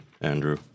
andrew